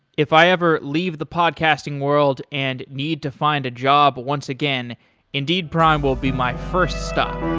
if i ever leave the podcasting world and need to find a job, once again indeed prime will be my first stop.